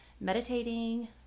meditating